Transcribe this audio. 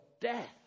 death